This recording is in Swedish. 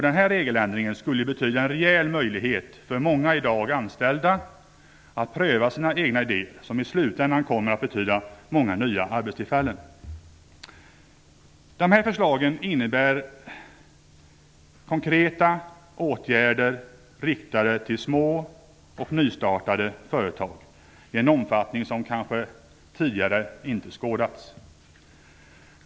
Den regeländringen skulle betyda en rejäl möjlighet för många i dag anställda att pröva sina egna idéer, vilket i slutändan kommer att betyda många nya arbetstillfällen. Dessa förslag innebär konkreta åtgärder riktade till små och nystartade företag i en omfattning som kanske inte skådats tidigare.